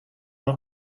nog